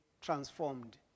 transformed